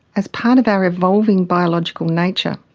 as part of our evolving biological nature.